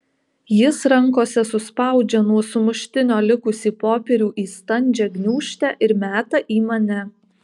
jis rankose suspaudžia nuo sumuštinio likusį popierių į standžią gniūžtę ir meta į mane